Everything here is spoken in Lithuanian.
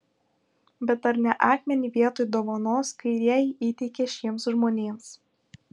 bet ar ne akmenį vietoj dovanos kairieji įteikė šiems žmonėms